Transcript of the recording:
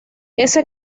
ese